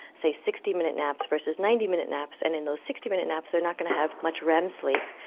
say, sixty minute naps versus ninety minute naps, and in those sixty minute naps they are not going to have much rem sleep,